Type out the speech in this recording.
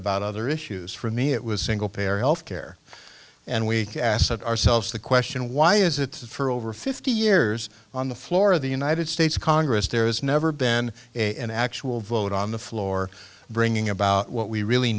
about other issues for me it was single payer health care and we asked ourselves the question why is it for over fifty years on the floor of the united states congress there has never been in actual vote on the floor bringing about what we really